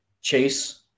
Chase